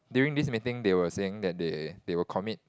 during this meeting they were saying that they they will commit